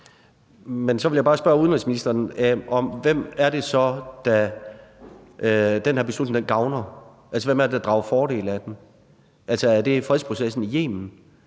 Så vil jeg bare spørge udenrigsministeren om, hvem det så er, den her beslutning gavner, altså hvem det er, der drager fordel af den. Er det fredsprocessen i Yemen,